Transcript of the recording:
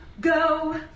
go